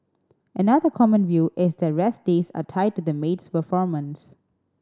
another common view is the rest days are tied to the maid's performance